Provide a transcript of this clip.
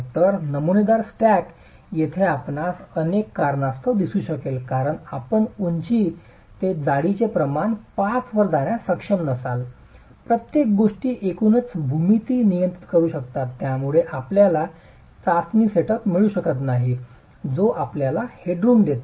तर नमुनेदार स्टॅक येथे आपल्यास अनेक कारणास्तव दिसू शकेल कारण आपण उंची ते जाडीचे प्रमाण 5 वर जाण्यास सक्षम नसाल अनेक गोष्टी एकूणच भूमिती नियंत्रित करू शकतात ज्यामुळे आपल्याला चाचणी सेटअप मिळू शकत नाही जो आपल्याला हेडरूम देते